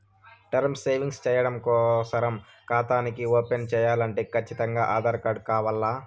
term savings చెయ్యడం కోసరం కాతాని ఓపన్ చేయాలంటే కచ్చితంగా ఆధార్ కార్డు కావాల్ల